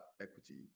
equity